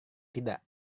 tidak